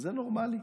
זה נורמלי?